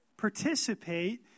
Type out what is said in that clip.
participate